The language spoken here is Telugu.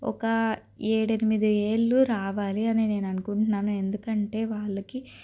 ఒక ఏడెనిమిది ఏళ్ళు రావాలి అని నేను అనుకుంటున్నాను ఎందుకంటే వాళ్ళకి